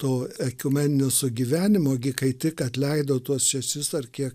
to ekumeninio sugyvenimo gi kai tik atleido tuos šešis ar kiek